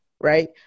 right